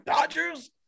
Dodgers